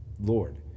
Lord